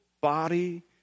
body